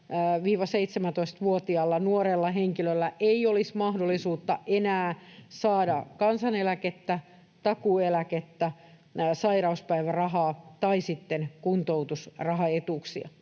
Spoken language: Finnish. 16—17-vuotiaalla nuorella henkilöllä ei käytännössä olisi mahdollisuutta enää saada kansaneläkettä, takuueläkettä, sairauspäivärahaa tai sitten kuntoutusrahaetuuksia.